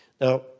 Now